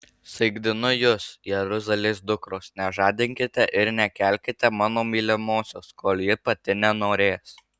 saikdinu jus jeruzalės dukros nežadinkite ir nekelkite mano mylimosios kol ji pati nenorės